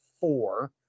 four